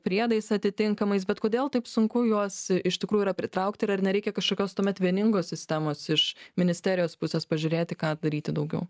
priedais atitinkamais bet kodėl taip sunku juos iš tikrųjų yra pritraukti ir ar nereikia kažkokios tuomet vieningos sistemos iš ministerijos pusės pažiūrėti ką daryti daugiau